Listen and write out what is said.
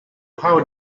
how